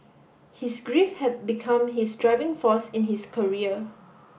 his grief had become his driving force in his career